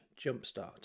jumpstart